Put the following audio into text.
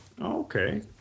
Okay